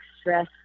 stress